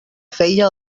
feia